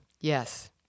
Yes